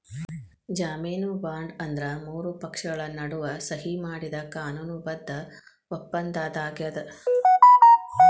ಜಾಮೇನು ಬಾಂಡ್ ಅಂದ್ರ ಮೂರು ಪಕ್ಷಗಳ ನಡುವ ಸಹಿ ಮಾಡಿದ ಕಾನೂನು ಬದ್ಧ ಒಪ್ಪಂದಾಗ್ಯದ